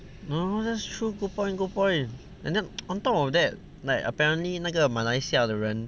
oh that's true good point good point and then on top of that like apparently 那个马来西亚的人